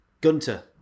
Gunter